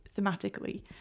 thematically